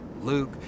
Luke